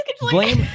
Blame